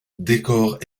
décore